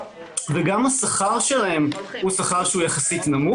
וגם השכר שלהם נמוך יחסית.לכן,